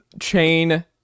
chain